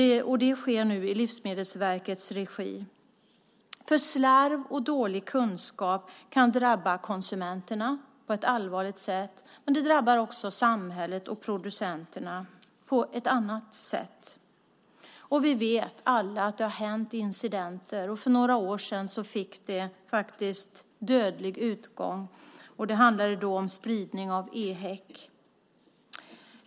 Det sker nu i Livsmedelsverkets regi. Slarv och dålig kunskap kan drabba konsumenterna på ett allvarligt sätt, men det drabbar också samhället och producenterna på ett annat sätt. Vi vet alla att det har hänt incidenter. För några år sedan fick det dödlig utgång, och då handlade det om spridning av EHEC.